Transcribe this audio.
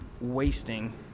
wasting